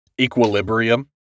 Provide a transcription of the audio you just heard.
equilibrium